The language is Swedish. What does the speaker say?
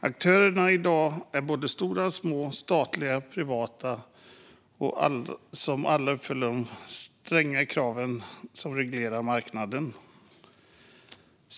Aktörerna i dag är både stora och små, statliga och privata, och alla uppfyller de stränga krav som reglerar marknaden.